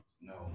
No